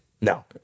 No